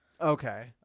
Okay